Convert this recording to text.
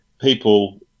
people